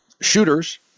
shooters